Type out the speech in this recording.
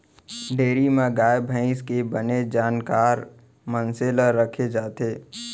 dairy म गाय भईंस के बने जानकार मनसे ल राखे जाथे